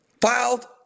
filed